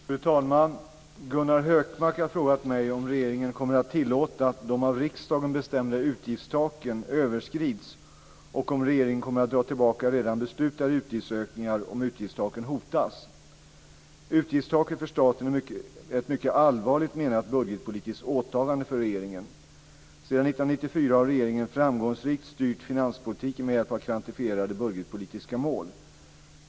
Fru talman! Gunnar Hökmark har frågat mig om regeringen kommer att tillåta att de av riksdagen bestämda utgiftstaken överskrids och om regeringen kommer att dra tillbaka redan beslutade utgiftsökningar om utgiftstaken hotas. Utgiftstaket för staten är ett mycket allvarligt menat budgetpolitiskt åtagande för regeringen. Sedan 1994 har regeringen framgångsrikt styrt finanspolitiken med hjälp av kvantifierade budgetpolitiska mål.